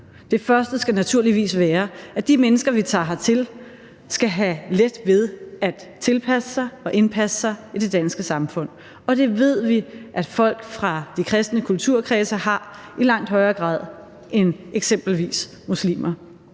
Det første skal naturligvis være, at de mennesker, vi tager imod, skal have let ved at tilpasse sig og indpasse sig i det danske samfund, og det ved vi at folk fra de kristne kulturkredse i langt højere grad har end eksempelvis muslimer.